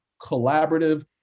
collaborative